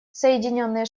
соединенные